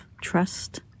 trust